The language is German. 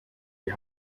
die